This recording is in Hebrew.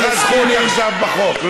יש לך זכות עכשיו בחוק,